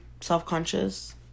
self-conscious